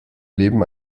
leben